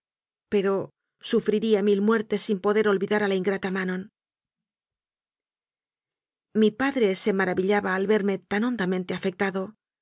pero sufriría mil muertes sin poder olvidar a la ingrata manon mi padre se maravillaba al verme tan hondamen te afectado